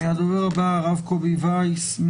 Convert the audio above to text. הדובר הבא הרב קובי וייס,